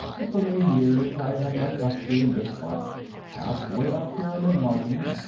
but for many years i have had my factory in this spot half way up pyramid mountain.